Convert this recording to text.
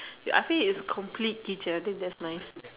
you ask me it's complete kitchen I think that's nice